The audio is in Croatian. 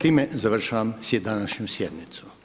Time završavam današnju sjednicu